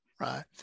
right